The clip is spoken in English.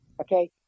Okay